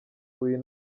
uyu